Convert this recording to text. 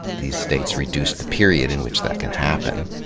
these states reduced the period in which that can happen.